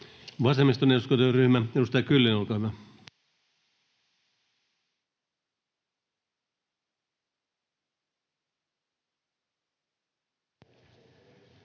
Vasemmiston eduskuntaryhmä, edustaja Kyllönen, olkaa hyvä.